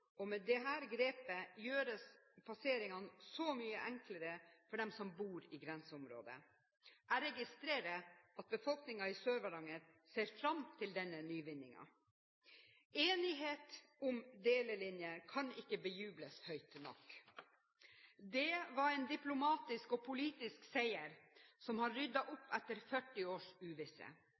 og med dette grepet gjøres passeringen mye enklere for dem som bor i grenseområdet. Jeg registrerer at befolkningen i Sør-Varanger ser fram til denne nyvinningen. Enighet om delelinjen kan ikke bejubles høyt nok. Det var en diplomatisk og politisk seier, der man har ryddet opp etter 40 års